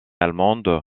allemande